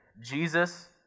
Jesus